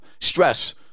Stress